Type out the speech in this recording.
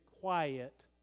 quiet